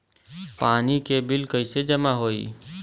पानी के बिल कैसे जमा होयी?